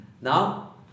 Now